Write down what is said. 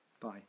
Bye